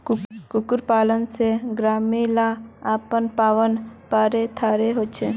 कुक्कुट पालन से ग्रामीण ला अपना पावँ पोर थारो होचे